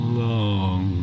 long